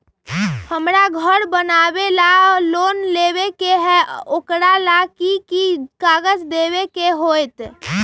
हमरा घर बनाबे ला लोन लेबे के है, ओकरा ला कि कि काग़ज देबे के होयत?